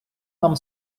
нам